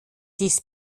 dies